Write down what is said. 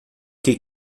que